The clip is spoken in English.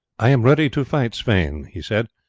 i am ready to fight sweyn, he said.